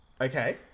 Okay